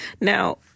Now